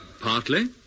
Partly